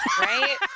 right